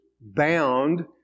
bound